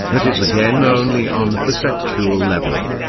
that is again only on the perceptual level.